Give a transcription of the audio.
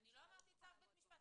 אני לא אומרת צו בית משפט.